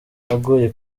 agoye